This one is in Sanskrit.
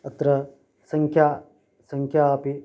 अत्र संख्या संख्या अपि